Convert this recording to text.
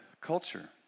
culture